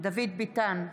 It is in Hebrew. דוד ביטן,